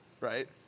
Right